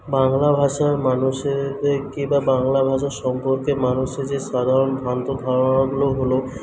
বাংলা ভাষার মানুষদেরকে বা বাংলা ভাষা সম্পর্কে মানুষের যে সাধারণ ভ্রান্ত ধারণাগুলো হল